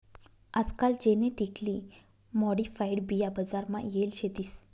आजकाल genetically modified बिया बजार मा येल शेतीस